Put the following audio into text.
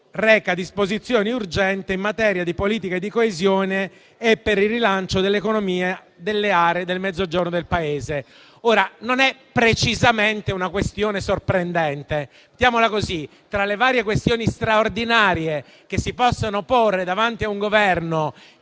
recante disposizioni urgenti in materia di politica e di coesione e per il rilancio dell'economia delle aree del Mezzogiorno del Paese. Non è precisamente una questione sorprendente. Diciamo che, tra le varie questioni straordinarie che si possono porre davanti a un Governo,